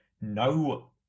no